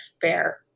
fair